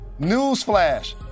newsflash